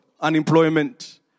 unemployment